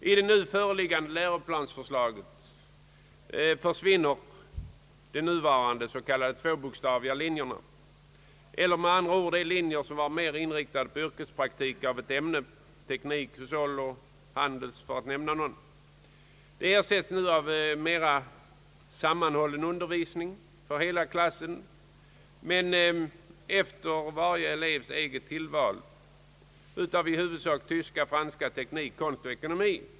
I det nu föreliggande läroplansförslaget försvinner de nuvarande s.k. tvåbokstaviga linjerna, med andra ord de linjer som var mera inriktade på yrkespraktik — teknik, hushåll och handel, för att nämna några. De ersätts nu av mera sammanhållen undervisning för hela klassen och undervisning i tillvalsämnen efter varje elevs önskemål — i huvudsak tyska, franska, teknik, konst och ekonomi.